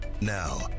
Now